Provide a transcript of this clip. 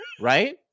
right